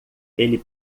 ele